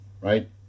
right